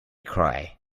cry